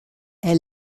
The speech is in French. est